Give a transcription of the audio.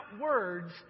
words